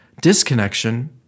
disconnection